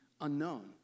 unknown